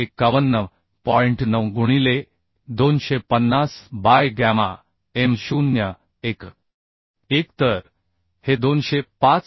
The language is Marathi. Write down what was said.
9 गुणिले 250 बाय गॅमा m 0 1